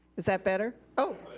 is that better? oh,